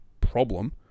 problem